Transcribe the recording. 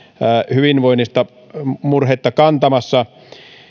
hyvinvoinnista murhetta kantamassa